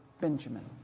Benjamin